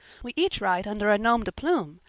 we each write under a nom-de-plume.